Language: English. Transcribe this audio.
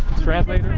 translate